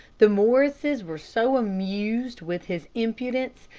the morrises were so amused with his impudence,